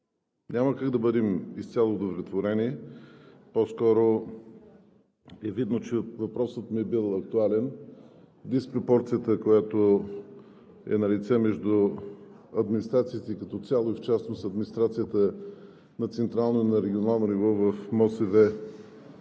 няма как да бъдем изцяло удовлетворени. По-скоро е видно, че въпросът ми е бил актуален. Диспропорцията, която е налице, между администрацията като цяло и в частност администрацията на централно и на регионално ниво в